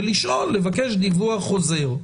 לשאול ולבקש דיווח חוזר.